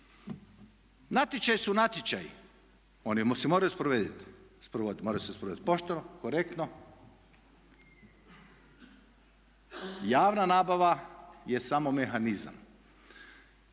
moraju sprovoditi, moraju se sprovoditi pošteno, korektno. Javna nabava je samo mehanizam.